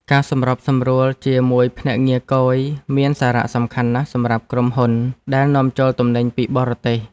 ការសម្របសម្រួលជាមួយភ្នាក់ងារគយមានសារៈសំខាន់ណាស់សម្រាប់ក្រុមហ៊ុនដែលនាំចូលទំនិញពីបរទេស។